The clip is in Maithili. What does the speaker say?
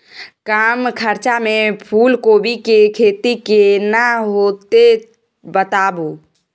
कम खर्चा में फूलकोबी के खेती केना होते बताबू?